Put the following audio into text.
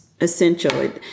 Essential